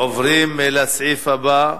עוברים לסעיף הבא: